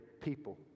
people